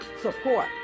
support